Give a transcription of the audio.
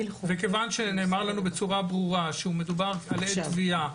וכיוון שנאמר לנו בצורה ברורה שמדובר על עד תביעה,